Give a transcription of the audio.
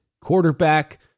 quarterback